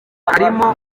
harimo